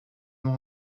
non